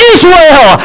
Israel